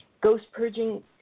ghost-purging